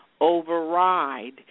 override